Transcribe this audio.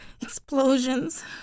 explosions